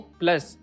plus